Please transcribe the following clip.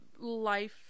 life